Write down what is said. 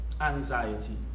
anxiety